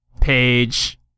page